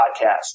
podcast